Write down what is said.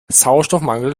sauerstoffmangel